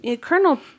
Colonel